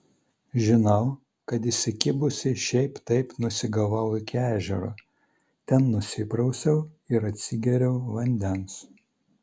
žinau kad įsikibusi šiaip taip nusigavau iki ežero ten nusiprausiau ir atsigėriau vandens